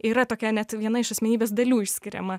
yra tokia net viena iš asmenybės dalių išskiriama